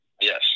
yes